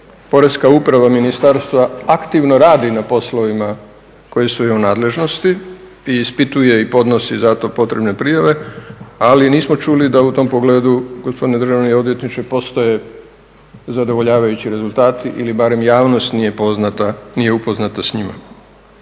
Porezna uprava Ministarstva aktivno radi na poslovima koji su joj u nadležnosti i ispituje i podnosi za to potrebne prijave ali nismo čuli da u tome pogledu gospodine državni odvjetniče postoje zadovoljavajući rezultati ili barem javnost nije upoznata sa njima.